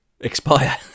expire